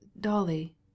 Dolly